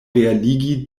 realigi